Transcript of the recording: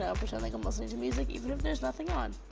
and pretend like i'm listening to music even if there's nothing on.